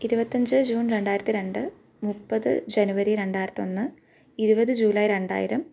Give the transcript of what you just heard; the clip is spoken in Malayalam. ഇരുപത്തഞ്ച് ജൂൺ രണ്ടായിരത്തി രണ്ട് മുപ്പത് ജനുവരി രണ്ടായിരത്തൊന്ന് ഇരുപത് ജൂലൈ രണ്ടായിരം